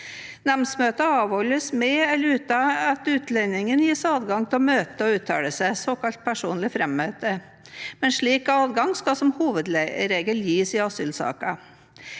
Nemndmøter avholdes med eller uten at utlendingen gis adgang til å møte og uttale seg, såkalt personlig frammøte, men slik adgang skal som hovedregel gis i asylsaker.